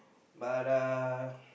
but uh